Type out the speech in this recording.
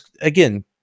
again